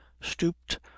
stooped